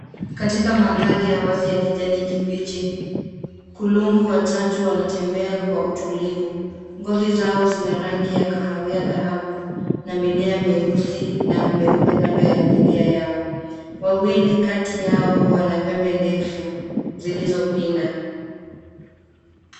Katika mandhari ya wazi ya kijani kibichi kulungu watatu wanatembea kwa utulivu. Ngozi zao zina rangi ya kahawia, dhahabu na milia meusi na meupe kando ya milia yao. Wawili kati yao wana pembe ndefu zilizopinda.